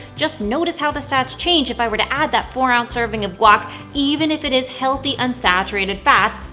just notice how the stats change if i were to add that four ounce serving of guac, even if it is healthy unsaturated fats,